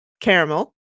Caramel